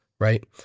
right